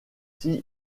six